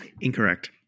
Incorrect